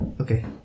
Okay